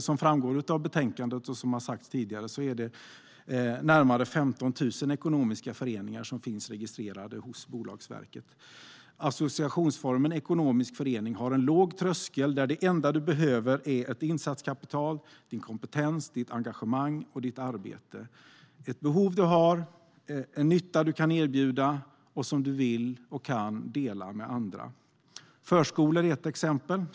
Som framgår av betänkandet och som har sagts tidigare är det närmare 15 000 ekonomiska föreningar som finns registrerade hos Bolagsverket. Associationsformen ekonomisk förening har en låg tröskel, där det enda du behöver är ett insatskapital, din kompetens, ditt engagemang och ditt arbete, ett behov du har och en nytta du kan erbjuda och som du vill och kan dela med andra. Förskolor är ett exempel.